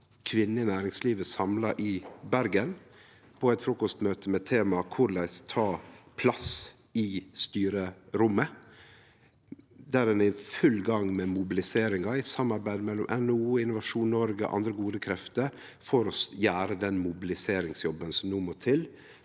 kvinner i næringslivet samla i Bergen på eit frukostmøte med temaet «korleis ta plass i styrerommet». Der er ein i full gang med mobiliseringa – i samarbeid med NHO, Innovasjon Noreg og andre gode krefter – for å gjere den mobiliseringsjobben som no må til